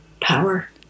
Power